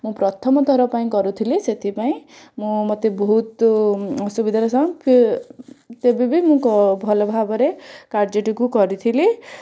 ମୁଁ ପ୍ରଥମ ଥର ପାଇଁ କରୁଥିଲି ସେଥିପାଇଁ ମୁଁ ମୋତେ ବହୁତ ଅସୁବିଧାର ତେବେ ବି ମୁଁ କ ଭଲ ଭାବରେ କାର୍ଯ୍ୟଟିକୁ କରିଥିଲି